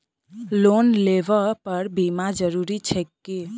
Loan लेबऽ पर बीमा जरूरी छैक की?